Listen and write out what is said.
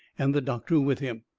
and the doctor with him.